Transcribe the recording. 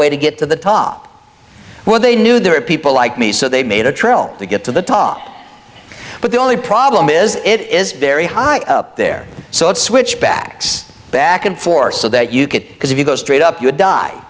way to get to the top where they knew there were people like me so they made a trail to get to the top but the only problem is it is very high up there so it's switchbacks back and forth so that you get because if you go straight up you die